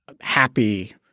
happy